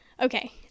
Okay